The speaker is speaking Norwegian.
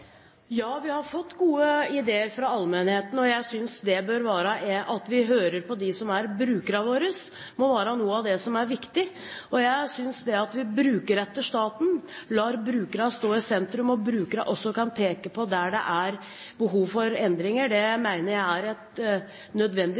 Ja, vi har fått gode ideer fra allmennheten. Jeg synes det at vi hører på dem som er brukerne våre, må være noe av det som er viktig. Det at vi brukerretter staten, lar brukerne stå i sentrum, sånn at brukerne også kan peke på områder der det er behov for endringer,